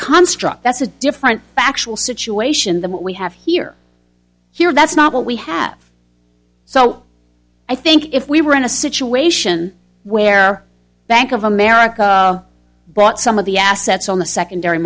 construct that's a different factual situation than what we have here here that's not what we have so i think if we were in a situation where bank of america bought some of the assets on the secondary